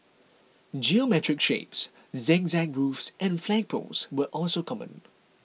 geometric shapes zigzag roofs and flagpoles were also common